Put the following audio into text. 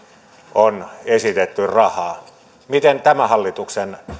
on esitetty rahaa miten tämän hallituksen